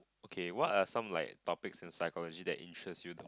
K what are some like topics in psychology that interest you to